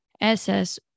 SS